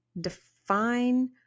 define